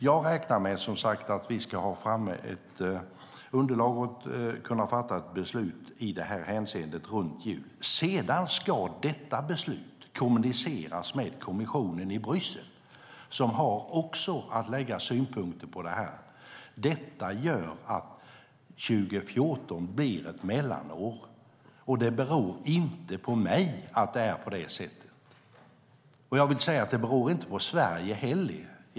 Jag räknar som sagt med att vi ska ha tagit fram ett underlag och kunna fatta ett beslut i det här hänseendet runt jul. Sedan ska detta beslut kommuniceras till kommissionen i Bryssel, som också har att lägga synpunkter på det. Detta gör att 2014 blir ett mellanår. Det beror inte på mig att det är på det sättet, och det beror inte på Sverige heller.